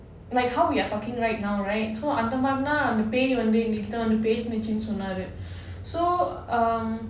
like how we are talking right now right so அந்த மாதிரி தான் பேய் வந்து எங்ககிட்ட வந்து பேசிட்டு இருந்துச்சுனு சொன்னாரு:andha maathiri dhaan pei vandhu engakita vandhu pesitu irundhuchunu sonnaaru so um